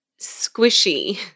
squishy